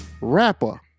Rapper